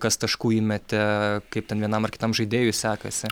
kas taškų įmetė kaip ten vienam ar kitam žaidėjui sekasi